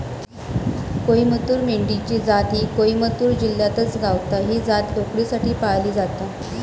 कोईमतूर मेंढी ची जात ही कोईमतूर जिल्ह्यातच गावता, ही जात लोकरीसाठी पाळली जाता